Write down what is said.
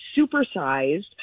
supersized